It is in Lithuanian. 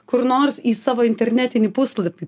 kur nors į savo internetinį puslapį